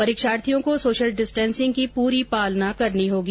परीक्षार्थियों को social distancing की पुरी पालना करनी होगी